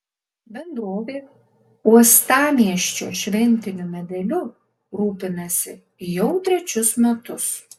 bendrovė uostamiesčio šventiniu medeliu rūpinasi jau trečius metus